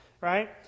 right